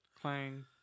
Clang